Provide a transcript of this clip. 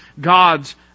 God's